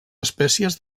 espècies